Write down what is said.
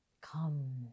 come